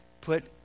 put